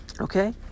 Okay